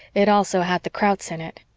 it also had the krauts in it.